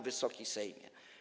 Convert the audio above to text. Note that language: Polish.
Wysoki Sejmie!